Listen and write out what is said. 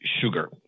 sugar